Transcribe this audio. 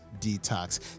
Detox